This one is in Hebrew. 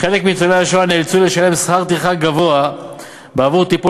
חלק מניצולי השואה נאלצו לשלם שכר טרחה גבוה בעבור טיפול